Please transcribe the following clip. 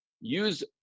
use